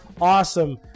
awesome